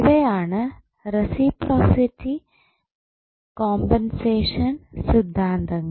ഇവയാണു reciprocity compensation സിദ്ധാന്തങ്ങൾ